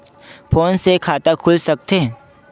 Phone से खाता खुल सकथे?